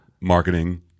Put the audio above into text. marketing